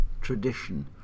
tradition